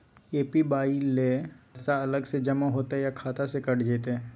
APY ल पैसा अलग स जमा होतै या खाता स कैट जेतै?